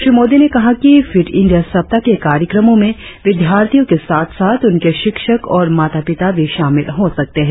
श्री मोदी ने कहा कि फिट इंडिया सप्ताह के कार्यक्रमों में विद्यार्थियों के साथ साथ उनके शिक्षक और माता पिता भी शामिल हो सकते हैं